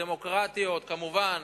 דמוקרטיות כמובן,